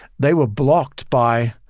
they were blocked by,